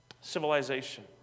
civilization